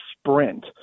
sprint